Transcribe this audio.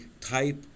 type